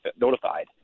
notified